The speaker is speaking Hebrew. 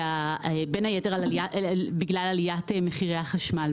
בין היתר בגלל עליית מחירי החשמל.